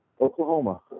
Oklahoma